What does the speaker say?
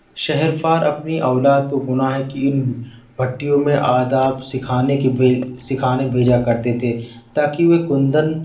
شہر فار اپنی اولاد کو گناہ کی ان بھٹیوں میں آداب سکھانے کے بھی سکھانے بھیجا کرتے تھے تاکہ وہ کندن